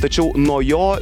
tačiau nuo jo